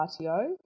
RTO